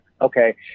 okay